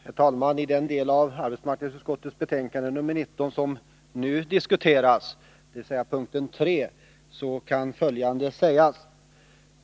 Herr talman! Beträffande den del av arbetsmarknadsutskottets betänkande nr 19 som nu diskuteras, dvs. punkten 3, kan följande sägas.